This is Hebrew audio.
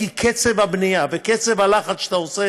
כי קצב הבנייה וקצב הלחץ שאתה עושה